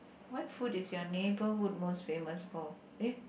what food is your neighbourhood most famous for eh